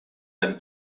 beim